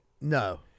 No